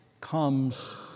comes